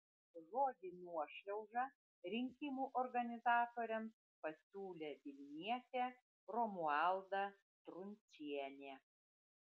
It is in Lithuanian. žodį nuošliauža rinkimų organizatoriams pasiūlė vilnietė romualda truncienė